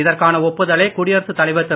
இதற்கான ஒப்புதலை குடியரசுத் தலைவர் திரு